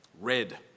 red